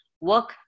work